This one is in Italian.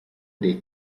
dei